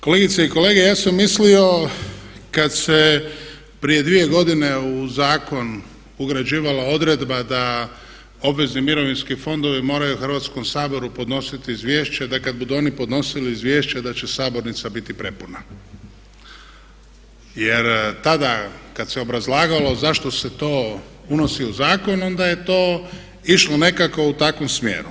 Kolegice i kolege, ja sam mislio kad se prije dvije godine u zakon određivala odredba da obvezni mirovinski fondovi moraju Hrvatskom saboru podnositi izvješće, da kad budu oni podnosili izvješće da će sabornica biti prepuna jer tada kada se obrazlagalo zašto se to unosi u zakon onda je to išlo nekako u takvom smjeru.